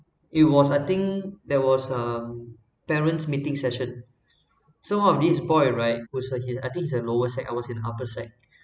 it was I think there was a parents meeting session so of this boy right who's a I think he's a lower sec I was in upper sec